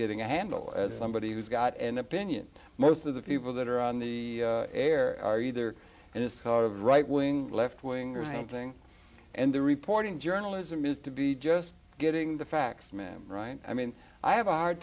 getting a handle as somebody who's got an opinion most of the people that are on the air are either and it's hard right wing left wing or something and the reporting journalism is to be just getting the facts ma'am right i mean i have a hard